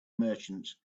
merchants